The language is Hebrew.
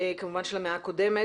של המאה הקודמת.